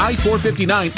I-459